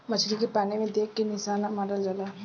मछली के पानी में देख के निशाना मारल जाला